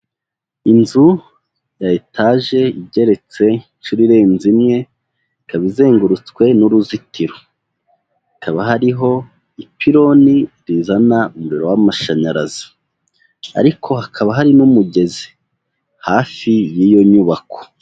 Inzu ya etaje igereretse inshuro irenze imwe, ikaba izengurutswe n'uruzitiro. Hakaba hariho ipironi rizana umuriro w'amashanyarazi ariko hakaba hari n'umugezi hafi y'iyo nyubako.